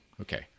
Okay